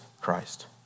Christ